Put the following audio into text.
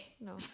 No